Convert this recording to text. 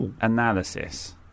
Analysis